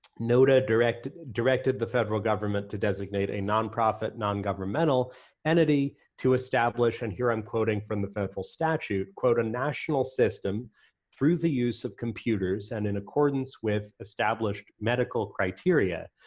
nota directed directed the federal government to designate a nonprofit, nongovernmental entity to establish, and here i'm quoting from the federal statute, quote, a national system through the use of computers and in accordance with established medical criteria,